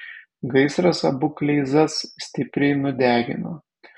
gaisras abu kleizas stipriai nudegino